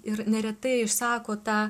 ir neretai išsako tą